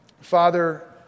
Father